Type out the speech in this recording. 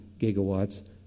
gigawatts